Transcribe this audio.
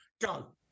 Go